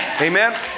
Amen